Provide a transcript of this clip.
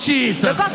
Jesus